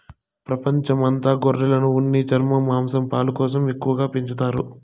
ప్రపంచం అంత గొర్రెలను ఉన్ని, చర్మం, మాంసం, పాలు కోసం ఎక్కువగా పెంచుతారు